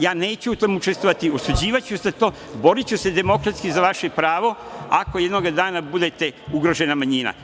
Ja neću u tome učestvovati, osuđivaću sve to, boriću se demokratski za vaše pravo ako jednoga dana budete ugrožena manjina.